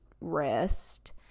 rest